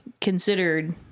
considered